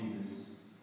Jesus